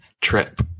trip